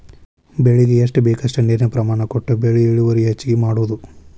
ಬೆಳಿಗೆ ಎಷ್ಟ ಬೇಕಷ್ಟ ನೇರಿನ ಪ್ರಮಾಣ ಕೊಟ್ಟ ಬೆಳಿ ಇಳುವರಿ ಹೆಚ್ಚಗಿ ಮಾಡುದು